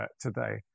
today